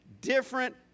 different